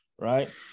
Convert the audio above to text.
Right